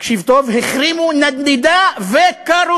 תקשיב טוב: החרימו נדנדה וקרוסלה.